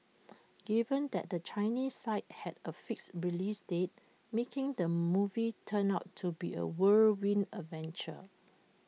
given that the Chinese side had A fixed release date making the movie turned out to be A whirlwind adventure